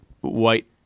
white